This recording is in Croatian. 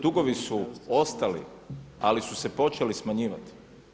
Dugovi su ostali ali su se počeli smanjivati.